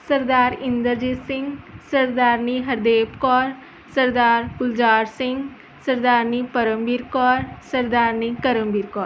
Sardar Inderjit Singh Sardarni Hardev Kaur Sardar Gulzar Singh Sardarni Paramvir Kaur Sardarni Karamvir Kaur